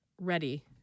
ready